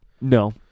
No